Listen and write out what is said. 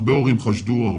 הרבה הורים חשדו.